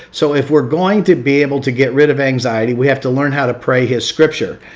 so, if we're going to be able to get rid of anxiety, we have to learn how to pray his scripture.